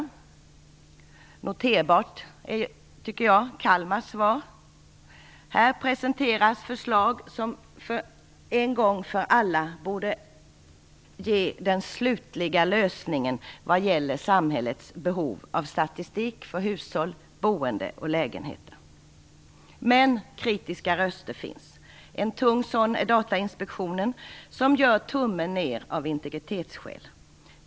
Värt att notera är, tycker jag, Kalmars svar, att här presenteras förslag som en gång för alla borde ge den slutliga lösningen vad gäller samhällets behov av statistik om hushåll, boende och lägenheter. Men kritiska röster finns. En tung sådan är Datainspektionen som gör tummen ned av integritetsskäl.